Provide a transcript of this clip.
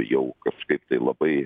jau kažkaip tai labai